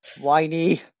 Whiny